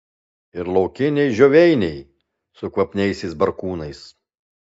ir laukiniai žioveiniai su kvapniaisiais barkūnais